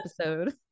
episode